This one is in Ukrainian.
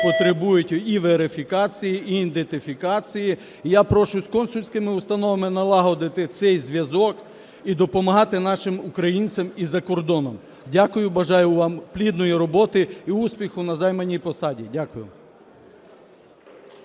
потребують і верифікації, і ідентифікації. Я прошу з консульськими установами налагодити цей зв'язок і допомагати нашим українцям і за кордоном. Дякую. Бажаю вам плідної роботи і успіху на займаній посаді. Дякую.